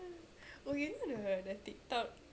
!huh! oh you know the tiktok